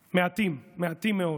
מעטים, מעטים מאוד.